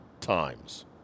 times